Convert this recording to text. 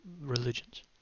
religions